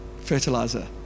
fertilizer